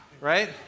right